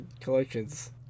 collections